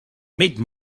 made